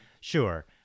sure